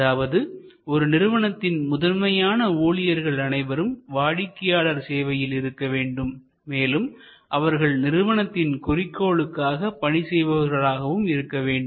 அதாவது ஒரு நிறுவனத்தின் முதன்மையான ஊழியர்கள் அனைவரும் வாடிக்கையாளர் சேவையில் இருக்க வேண்டும் மேலும் அவர்கள் நிறுவனத்தின் குறிக்கோளுக்காக பணி செய்பவர்களாகவும் இருக்க வேண்டும்